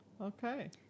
Okay